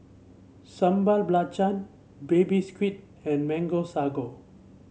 Sambal Belacan Baby Squid and Mango Sago